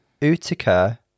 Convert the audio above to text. Utica